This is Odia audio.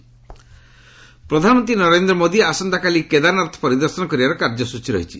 ପିଏମ୍ କେନାରନାଥ ପ୍ରଧାନମନ୍ତ୍ରୀ ନରେନ୍ଦ୍ର ମୋଦି ଆସନ୍ତାକାଲି କେଦାରନାଥ ପରିଦର୍ଶନ କରିବାର କାର୍ଯ୍ୟସ୍ଟଚୀ ରହିଛି